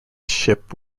ship